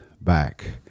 back